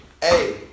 hey